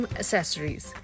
accessories